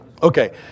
Okay